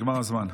נגמר הזמן.